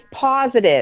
positive